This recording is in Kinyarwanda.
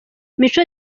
mico